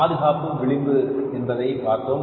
பாதுகாப்பு விளிம்பு என்பதை பார்த்தோம்